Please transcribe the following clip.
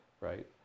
right